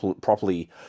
properly